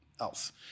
else